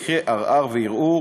הליכי ערר וערעור